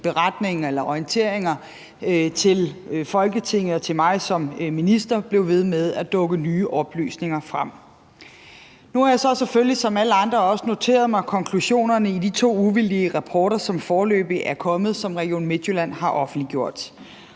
beretninger eller orienteringer til Folketinget og til mig som minister blev ved med at dukke nye oplysninger frem. Nu har jeg så selvfølgelig som alle andre også noteret mig konklusionerne i de to uvildige rapporter, som foreløbig er kommet, og som Region Midtjylland har offentliggjort.